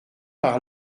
par